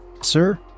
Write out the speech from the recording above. Sir